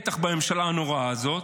בטח בממשלה הנוראה הזאת,